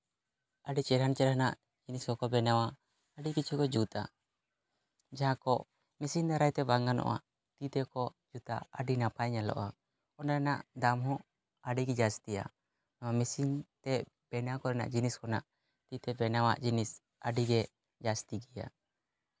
ᱪᱮᱦᱨᱟᱱ ᱪᱮᱦᱨᱟᱱᱟᱜ ᱡᱤᱱᱤᱥ ᱠᱚᱠᱚ ᱵᱮᱱᱟᱣᱟ ᱟᱹᱰᱤ ᱠᱤᱪᱷᱩ ᱠᱚ ᱡᱩᱛᱟ ᱡᱟᱦᱟᱸ ᱠᱚ ᱢᱮᱹᱥᱤᱱ ᱫᱟᱨᱟᱭᱛᱮ ᱵᱟᱝ ᱜᱟᱱᱚᱜᱼᱟ ᱛᱤ ᱛᱮᱠᱚ ᱡᱩᱛᱟ ᱟᱹᱰᱤ ᱱᱟᱯᱟᱭ ᱧᱮᱞᱚᱜᱼᱟ ᱚᱱᱟ ᱨᱮᱱᱟᱜ ᱫᱟᱢ ᱦᱚᱸ ᱟᱹᱰᱤᱜᱮ ᱡᱟᱹᱥᱛᱤᱭᱟ ᱱᱚᱣᱟ ᱢᱮᱹᱥᱤᱱ ᱵᱮᱱᱟᱣ ᱠᱚᱨᱮᱱᱟᱜ ᱡᱤᱱᱤᱥ ᱠᱚᱨᱮᱱᱟᱜ ᱛᱤ ᱛᱮ ᱵᱮᱱᱟᱣᱟᱜ ᱡᱤᱱᱤᱥ ᱟᱹᱰᱤᱜᱮ ᱡᱟᱹᱥᱛᱤ ᱜᱮᱭᱟ